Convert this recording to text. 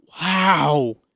Wow